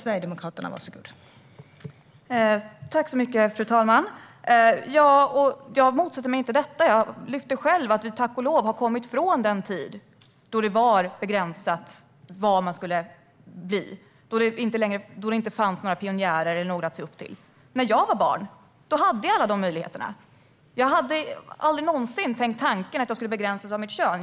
Fru talman! Jag motsätter mig inte detta. Jag lyfte själv fram att vi tack och lov har lämnat den tid då det var begränsat vad man kunde bli och då det inte fanns några pionjärer att se upp till. När jag var barn hade jag alla möjligheter. Jag tänkte aldrig någonsin tanken att jag skulle begränsas av mitt kön.